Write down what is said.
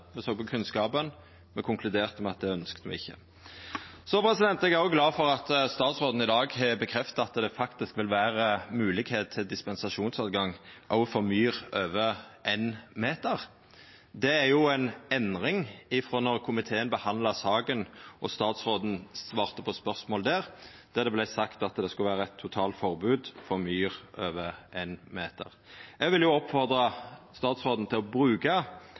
såg på kunnskapen – og konkluderte med at det ønskte me ikkje. Så er eg òg glad for at statsråden i dag har bekrefta at det faktisk vil vera moglegheit for dispensasjon òg for myr over ein meter. Det er ei endring frå då komiteen behandla saka og statsråden svarte på spørsmål der, då det vart sagt at det skulle vera eit totalt forbod for myr over ein meter. Eg vil oppfordra statsråden til å bruka